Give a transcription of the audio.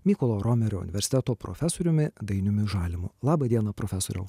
mykolo romerio universiteto profesoriumi dainiumi žalimu laba diena profesoriau